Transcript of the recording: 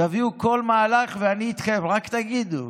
תביאו כל מהלך ואני איתכם, רק תגידו,